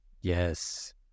Yes